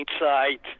Insight